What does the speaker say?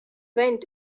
went